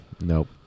Nope